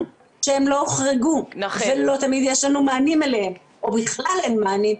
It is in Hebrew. שהם לא הוחרגו ולא תמיד יש לנו מענים אליהם או בכלל אין מענים.